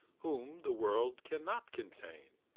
whom the world cannot contain.